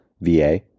VA